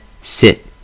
Sit